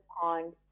pond